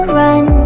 run